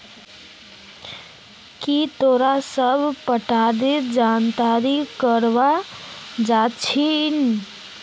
की तोरा सब पट्टीदार जोताई करवा जानछी